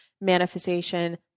manifestation